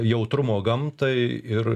jautrumo gamtai ir